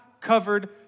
covered